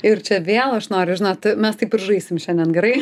ir čia vėl aš noriu žinot mes taip ir žaisim šiandien gerai